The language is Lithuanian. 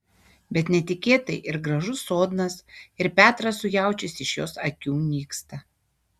bet netikėtai ir gražus sodnas ir petras su jaučiais iš jos akių nyksta